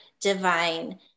divine